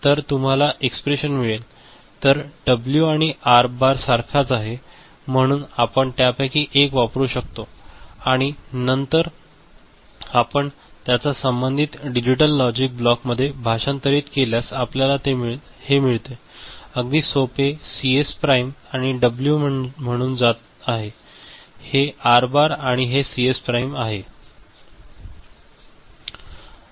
तर तुम्हाला हे एक्सप्रेशन्स मिळेल तर डब्ल्यू आणि आर बार सारखाच आहे म्हणून आपण त्यापैकी एक वापरू शकतो आणि नंतर आपण त्याचा संबंधित डिजिटल लॉजिक ब्लॉकमध्ये भाषांतरित केल्यास आपल्याला हे मिळते अगदी सोपे सीएस प्राइम आणि हे डब्ल्यू म्हणून जात आहे ते आर बार आहे आणि ही सीएस प्राइम आर आहे